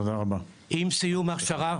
עם סיום ההכשרה.